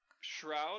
Shroud